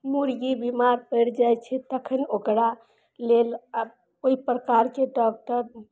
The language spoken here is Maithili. मुर्गी बीमार पड़ि जाइ छै तखन ओकरा लेल ओइ प्रकारके डॉक्टर